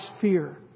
fear